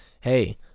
hey